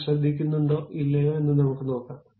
അത് ശ്രദ്ധിക്കുന്നുണ്ടോ ഇല്ലയോ എന്ന് നമുക്ക് നോക്കാം